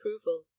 approval